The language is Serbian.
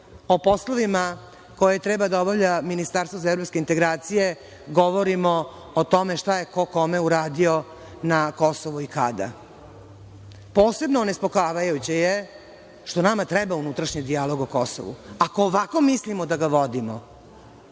o poslovima koje treba da obavlja ministarstvo za evropske integracije, govorimo o tome šta je ko kome uradio na Kosovu i kada. Posebno onespokojavajuće je što nama treba unutrašnji dijalog o Kosovu. Ako ovako mislimo da ga vodimo,